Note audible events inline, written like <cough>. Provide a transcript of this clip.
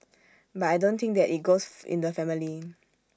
but I don't think that IT goes <noise> in the family